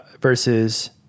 versus